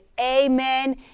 amen